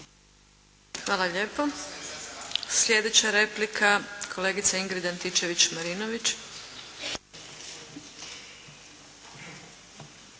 Hvala lijepo. Slijedeća replika, kolegica Ingrid Antičević Marinović.